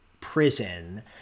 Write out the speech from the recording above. prison